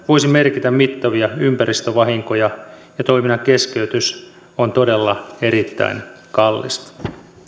voisi merkitä mittavia ympäristövahinkoja ja toiminnan keskeytys on todella erittäin kallista